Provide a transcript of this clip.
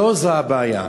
לא זו הבעיה.